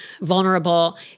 vulnerable